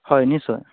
হয় নিশ্চয়